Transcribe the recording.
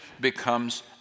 becomes